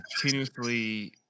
Continuously